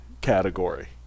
category